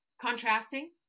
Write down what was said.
contrasting